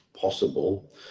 possible